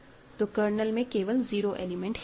तो कर्नल में केवल 0 एलिमेंट ही है